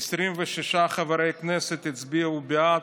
26 חברי כנסת הצביעו בעד,